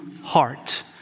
heart